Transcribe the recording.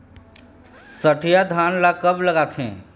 सठिया धान ला कब लगाथें?